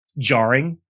jarring